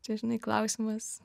čia žinai klausimas